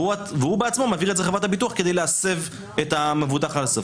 והוא בעצמו מעביר את זה לחברת הביטוח כדי להסב את המבוטח עד הסוף.